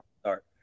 start